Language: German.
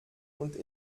und